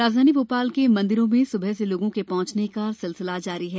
राजधानी भोपाल के मंदिरों में सुबह से लोगों के पहुंचने का सिलसिला जारी है